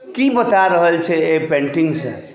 की बता रहल छैक ई पेन्टिंगसँ